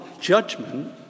judgment